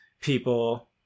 people